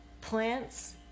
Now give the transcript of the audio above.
plants